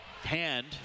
hand